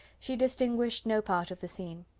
she distinguished no part of the scene.